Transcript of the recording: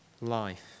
life